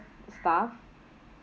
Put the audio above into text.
staff